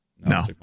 No